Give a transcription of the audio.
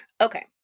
Okay